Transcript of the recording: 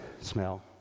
Smell